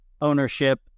ownership